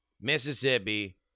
Mississippi